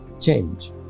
change